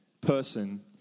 person